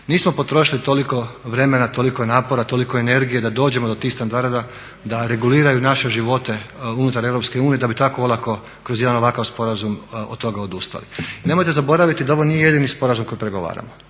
Nismo potrošili toliko vremena, toliko napora, toliko energije da dođemo do tih standarda da reguliraju naše živote unutar EU da bi tako olako kroz jedan ovakav sporazum od toga odustali. I nemojte zaboraviti da ovo nije jedini sporazum koji pregovaramo.